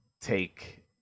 take